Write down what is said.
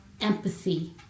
empathy